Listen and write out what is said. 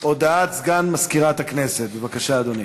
הודעת סגן מזכירת הכנסת, בבקשה, אדוני.